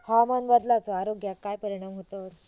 हवामान बदलाचो आरोग्याक काय परिणाम होतत?